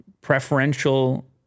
preferential